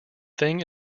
thing